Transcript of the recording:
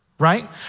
Right